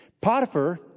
Potiphar